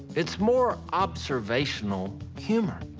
it's more observational humor.